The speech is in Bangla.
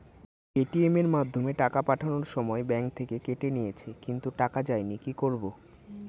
পেটিএম এর মাধ্যমে টাকা পাঠানোর সময় ব্যাংক থেকে কেটে নিয়েছে কিন্তু টাকা যায়নি কি করব?